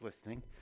listening